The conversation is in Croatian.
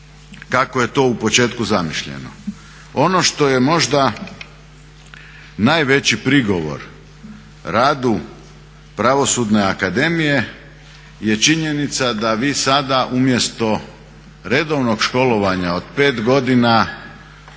kako je to u početku zamišljeno. Ono što je možda najveći prigovor radu Pravosudne akademije je činjenica da vi sada umjesto redovnog školovanja od pet godina